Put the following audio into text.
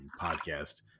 podcast